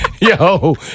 Yo